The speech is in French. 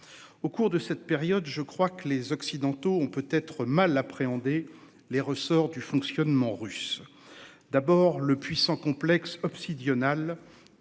Au cours de cette période, je crois que les Occidentaux ont peut être mal appréhender les ressorts du fonctionnement russe. D'abord le puissant complexe obsidionale